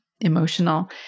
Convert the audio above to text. emotional